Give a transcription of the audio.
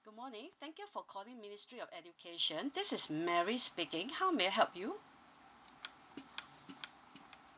good morning thank you for calling ministry of education this is mary speaking how may I help you